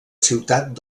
ciutat